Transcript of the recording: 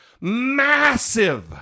massive